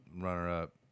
runner-up